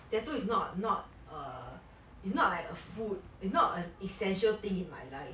tattoo is not is not a is not like a food is not a essential thing in my life